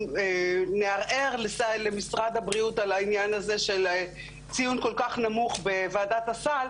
אנחנו נערער למשרד הבריאות על ציון כל כך נמוך בוועדת הסל,